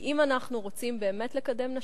כי אם אנחנו רוצים באמת לקדם נשים,